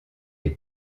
est